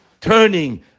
turning